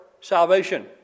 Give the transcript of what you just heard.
salvation